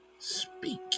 Speak